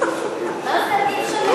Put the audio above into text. השר.